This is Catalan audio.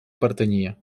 pertanyia